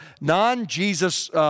non-Jesus